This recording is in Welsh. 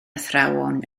athrawon